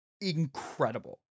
incredible